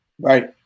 Right